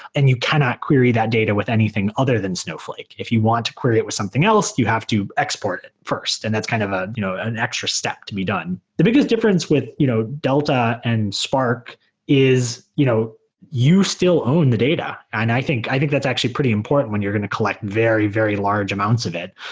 and you cannot query that data with anything other than snowflake. if you want to query it with something else, you have to export first, and that's kind of ah you know an extra step to be done. the biggest difference with you know delta and spark is you know you still own the data, and i think i think that's actually pretty important when you're going to collect very, very large amounts of it.